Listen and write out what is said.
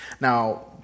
Now